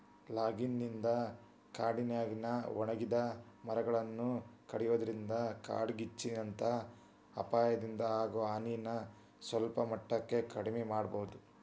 logging ನಿಂದ ಕಾಡಿನ್ಯಾಗಿನ ಒಣಗಿದ ಮರಗಳನ್ನ ಕಡಿಯೋದ್ರಿಂದ ಕಾಡ್ಗಿಚ್ಚಿನಂತ ಅಪಾಯದಿಂದ ಆಗೋ ಹಾನಿನ ಸಲ್ಪಮಟ್ಟಕ್ಕ ಕಡಿಮಿ ಮಾಡಬೋದು